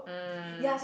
mm